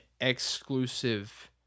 exclusive